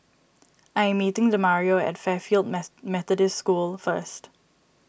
I am meeting Demario at Fairfield Methodist School first